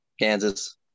Kansas